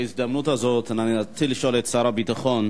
בהזדמנות הזאת אני רציתי לשאול את שר הביטחון,